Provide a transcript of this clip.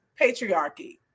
patriarchy